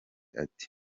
ati